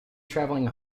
travelling